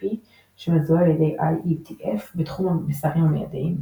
שמזוהה על ידי IETF בתחום המסרים המיידיים,